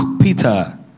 Peter